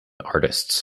artists